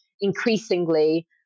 increasingly